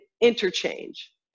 interchange